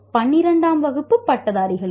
12 ஆம் வகுப்பு பட்டதாரிகளுக்கு